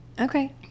Okay